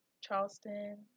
Charleston